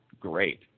great